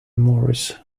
morris